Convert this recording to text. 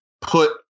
Put